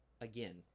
again